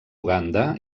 uganda